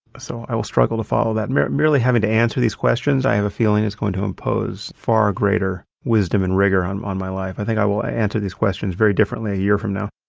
so i will struggle to follow that. merely having to answer these questions i have a feeling is going to impose far greater wisdom and rigor on on my life. i think i will answer these questions very differently a year from now.